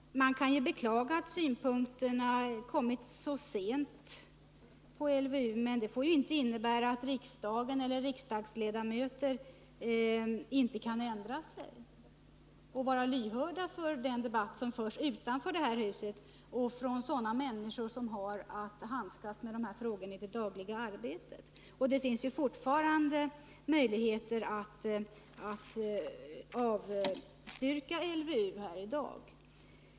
Man kan beklaga att synpunkterna på LVU har kommit så sent, men det får inte innebära att riksdagsledamöter inte kan ändra sig och vara lyhörda för den debatt som förs utanför detta hus av människor som i sitt dagliga arbete har att handskas med dessa frågor. Det finns fortfarande möjligheter att i dag avslå förslaget om LVU.